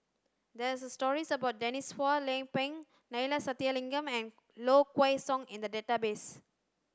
there are stories about Denise Phua Lay Peng Neila Sathyalingam and Low Kway Song in the database